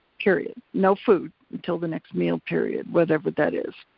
period. no food until the next meal, period, whenever that is.